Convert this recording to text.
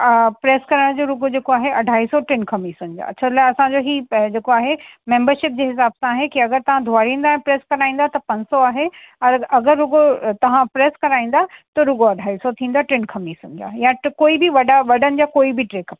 press कराइण जो रुॻो जेको आहे अढाई सौ टिन खमीसनि जा छो लाइ असां ई जेको आहे मेंबरशीप जे हिसाब सां आहे अगरि तव्हां धुवारींदा ऐं प्रेस कराईंदा त पंज सौ आहे और अगरि रुॻो तव्हां प्रेस कराईंदा त रुॻो अढाई सौ थींदा टिनि खमीसनि जा या कोई बि वॾा वॾनि जा कोई बि टे कपिड़ा